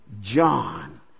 John